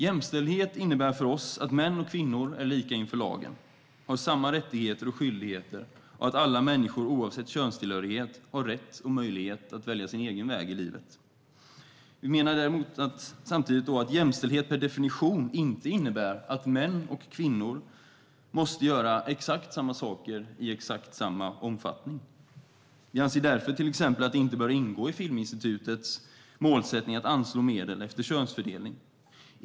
Jämställdhet innebär för oss att män och kvinnor är lika inför lagen och har samma rättigheter och skyldigheter samt att alla människor oavsett könstillhörighet har rätt och möjlighet att välja sin egen väg i livet. Vi menar att jämställdhet inte per definition innebär att män och kvinnor måste göra exakt samma saker i exakt samma omfattning. Vi anser därför till exempel att det inte bör ingå i Filminstitutets målsättning att anslå medel efter könsfördelning.